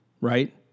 right